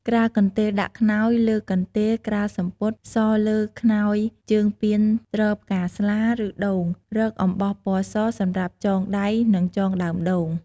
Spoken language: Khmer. ក្រាលកន្ទេលដាក់ខ្នើយ លើកកន្ទេល ក្រាលសំពត់ សលើខ្នើយជើងពានទ្រផ្កាស្លា ឬ ដូង រកអំបោះពណ៌ស សម្រាប់ចង់ដៃ និងចងដើមដូង។